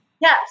yes